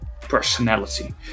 personality